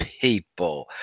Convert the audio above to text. people